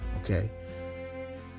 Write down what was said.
Okay